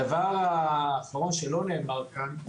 הדבר האחרון שלא נאמר כאן הוא